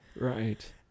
Right